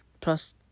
plus